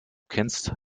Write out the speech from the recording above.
kennst